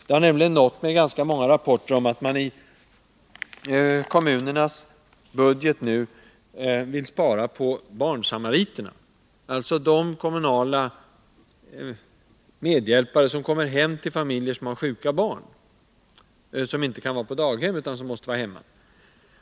Många rapporter har nått mig om att man i kommunernas budgeter vill spara in barnsamariterna, alltså de kommunala medhjälpare som kommer hem till familjer med sjuka barn, som inte kan vara på daghem utan måste vara hemma.